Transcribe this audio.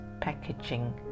packaging